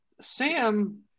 Sam